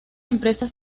empresas